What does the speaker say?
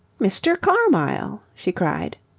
mr. carmyle! she cried.